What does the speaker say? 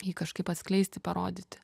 jį kažkaip atskleisti parodyti